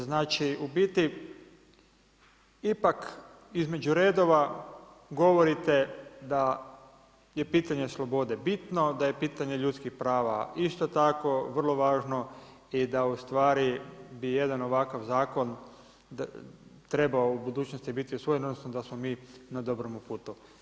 Znači u biti ipak između redova govorite da je pitanje slobode bitno, da je pitanje ljudskih prava isto tako vrlo važno i da u stvari bi jedan ovakav zakon trebao u budućnosti biti usvojen odnosno da smo mi na dobromu putu.